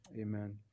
amen